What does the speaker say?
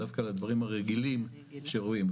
דווקא לדברים הרגילים שרואים,